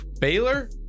Baylor